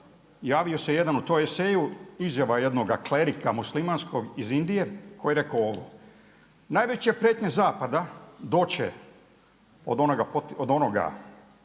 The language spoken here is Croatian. javio se jedan u tom eseju, izjava jednog klerika muslimanskog iz Indije koji je rekao ovo, najveća prijetnja zapada doći će od onoga